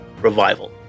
revival